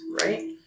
right